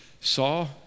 saw